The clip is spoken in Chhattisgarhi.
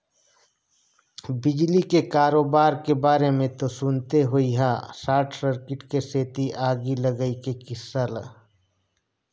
बिजली के करोबार के बारे मे तो सुनते होइहा सार्ट सर्किट के सेती आगी लगई के किस्सा ल